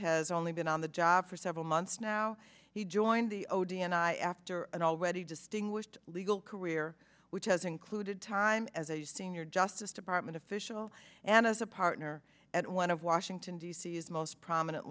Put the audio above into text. has only been on the job for several months now he joined the odeon i after an already distinguished legal career which has included time as a senior justice department official and as a partner at one of washington d c as most prominent